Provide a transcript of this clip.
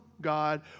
God